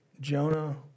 Jonah